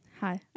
hi